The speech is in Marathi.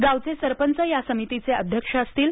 गावाचे सरपंच या समितीचे अध्यक्ष असतील